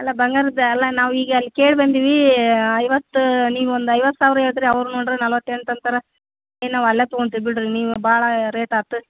ಅಲ್ಲ ಬಂಗಾರದ್ದೆ ಅಲ್ಲ ನಾವೀಗ ಅಲ್ಲಿ ಕೆಳ್ಬಂದೀವಿ ಐವತ್ತು ನೀವೊಂದು ಐವತ್ತು ಸಾವಿರ ಹೇಳ್ತೀರಿ ಅವ್ರು ನೋಡ್ರಿ ನಲ್ವತ್ತೆಂಟು ಅಂತಾರೆ ಇನ್ನು ನಾವು ಅಲ್ಲೇ ತಗೊಳ್ತೀವಿ ಬಿಡ್ರಿ ನೀವು ಭಾಳ ರೇಟ್ ಆತ